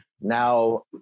now